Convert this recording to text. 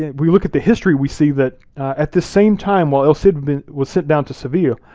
and we look at the history, we see that at the same time, while el cid was sent down to sevilla,